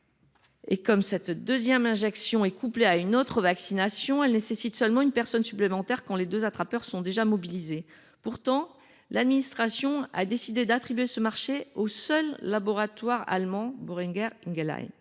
Et, comme cette deuxième injection est couplée à une autre vaccination, elle nécessite seulement une personne supplémentaire quand les deux attrapeurs sont déjà mobilisés. Pourtant, l’administration a décidé d’attribuer ce marché au seul laboratoire allemand Boehringer Ingelheim.